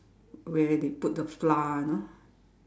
where they put the flour you know